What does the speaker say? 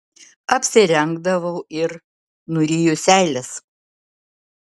apsirengdavau ir nuryju seiles